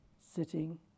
sitting